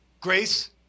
Grace